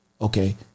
okay